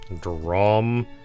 Drum